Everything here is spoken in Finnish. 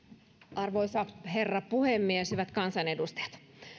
arvoisa herra puhemies hyvät kansanedustajat